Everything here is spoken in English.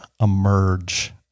emerge